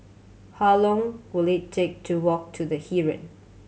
how long will it take to walk to The Heeren